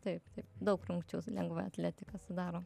taip taip daug rungčių lengvąją atletiką sudaro